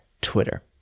Twitter